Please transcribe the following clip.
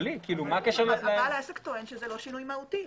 אבל בעל העסק טוען שזה לא שינוי מהותי.